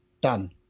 done